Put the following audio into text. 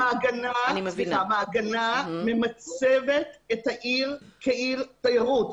מעגנה ממצבת את העיר כעיר תיירות.